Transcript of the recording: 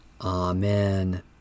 Amen